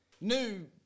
New